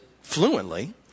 fluently